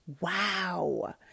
Wow